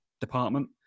department